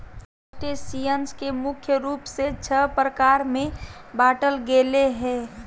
crustaceans के मुख्य रूप से छः प्रकार में बांटल गेले हें